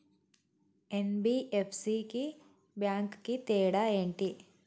NBFC కి bank కి తేడా ఏంటి?